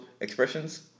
expressions